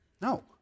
No